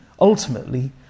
ultimately